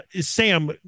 sam